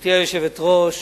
גברתי היושבת-ראש,